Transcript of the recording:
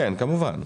כמובן.